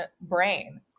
brain